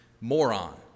moron